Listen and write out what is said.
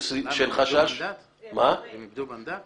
למה, הם איבדו מנדט?